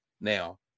Now